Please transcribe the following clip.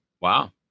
Wow